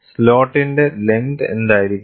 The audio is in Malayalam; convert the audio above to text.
സ്ലോട്ടിന്റെ ലെങ്ത് എന്തായിരിക്കണം